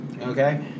Okay